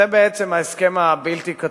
זה בעצם ההסכם הבלתי-כתוב.